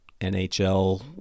NHL